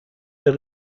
mehr